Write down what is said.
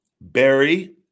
Barry